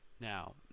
Now